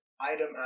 item